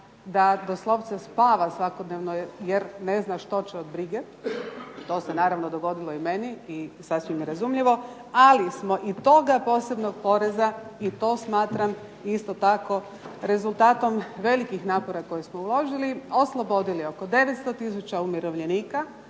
da doslovce spava svakodnevno jer ne zna što će od brige. To se naravno dogodilo i meni i sasvim je razumljivo. Ali smo i toga posebnog poreza i to smatram isto tako rezultatom velikih napora koji smo uložili oslobodili oko 900000 umirovljenika